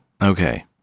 Okay